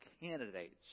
candidates